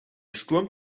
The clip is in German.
sturm